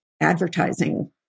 advertising